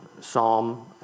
Psalm